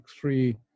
three